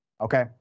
Okay